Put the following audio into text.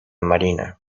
marina